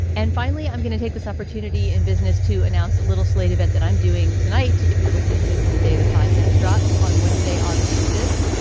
and finally, i'm going to take this opportunity in business to announce a little slate event that i'm doing tonight. if you're listening to this on the day the podcast drops on wednesday, august the fifth,